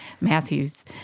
Matthew's